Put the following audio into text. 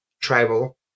tribal